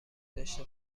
داشته